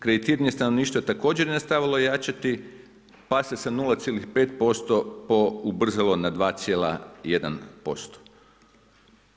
Kreditiranje stanovništva također je nastavilo jačati, pa se sa 0,5% ubrzalo na 2,1%